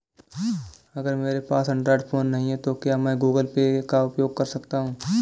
अगर मेरे पास एंड्रॉइड फोन नहीं है तो क्या मैं गूगल पे का उपयोग कर सकता हूं?